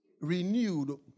Renewed